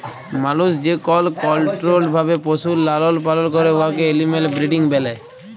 মালুস যেকল কলট্রোল্ড ভাবে পশুর লালল পালল ক্যরে উয়াকে এলিম্যাল ব্রিডিং ব্যলে